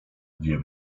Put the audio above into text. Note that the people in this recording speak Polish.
dwie